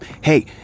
Hey